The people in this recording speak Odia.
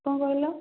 କ'ଣ କହିଲ